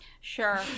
Sure